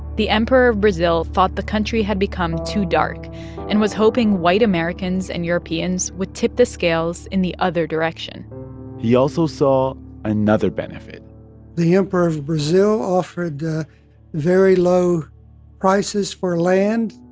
the emperor of brazil thought the country had become too dark and was hoping white americans and europeans would tip the scales in the other direction he also saw another benefit the emperor of brazil offered very low prices for land.